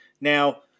Now